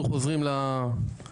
אנחנו חוזרים לשקופית,